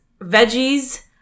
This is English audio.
veggies